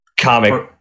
comic